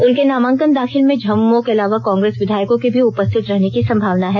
उनके नामांकन दाखिल में झामुमो के अलावा कांग्रेस विधायकों के भी उपस्थित रहने की संभावना है